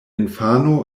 infano